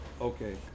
Okay